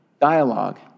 Dialogue